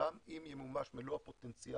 גם אם ימומש מלוא הפוטנציאל